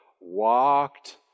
walked